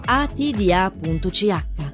atda.ch